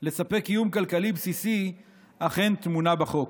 לספק קיום כלכלי בסיסי אכן טמונה בחוק.